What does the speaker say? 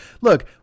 look